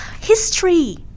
History